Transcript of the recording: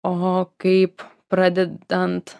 oho kaip pradedant